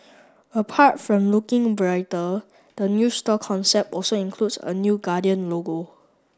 apart from looking brighter the new store concept also includes a new Guardian logo